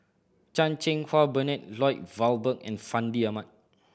Chan Cheng Wah Bernard Lloyd Valberg and Fandi Ahmad